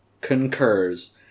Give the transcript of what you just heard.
concurs